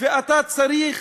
ואתה צריך